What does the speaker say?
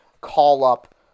call-up